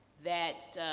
that,